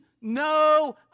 no